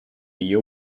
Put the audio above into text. you